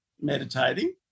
meditating